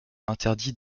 interdit